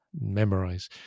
memorize